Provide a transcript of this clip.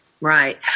right